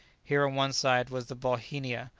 here, on one side, was the bauhinia,